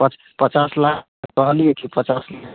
पच पचास लाख कहलिए कि पचास लाख